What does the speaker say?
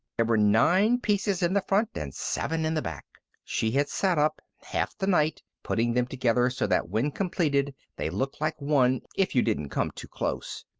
there were nine pieces in the front, and seven in the back. she had sat up half the night putting them together so that when completed they looked like one, if you didn't come too close.